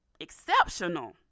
exceptional